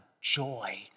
joy